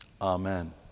Amen